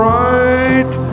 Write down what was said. right